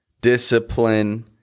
discipline